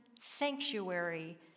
sanctuary